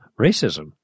racism